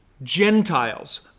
Gentiles